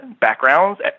backgrounds